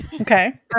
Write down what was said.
Okay